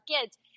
kids